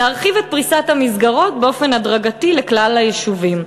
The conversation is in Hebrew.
להרחיב את פריסת המסגרות באופן הדרגתי לכלל היישובים.